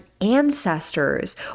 ancestors